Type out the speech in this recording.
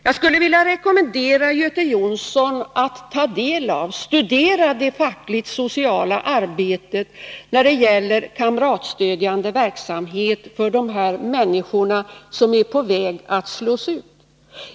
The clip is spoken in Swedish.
Jag skulle vilja rekommendera Göte Jonsson att studera det fackligt-sociala arbetet när det gäller kamratstödjande verksamhet för de människor som är på väg att slås ut.